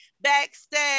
backstage